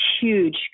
huge